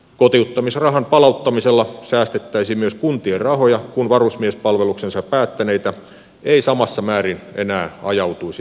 kotiuttamisrahan palauttamisella säästettäisiin myös kuntien rahoja kun varusmiespalveluksensa päättäneitä ei samassa määrin enää ajautuisi toimeentulotuen piiriin